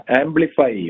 amplify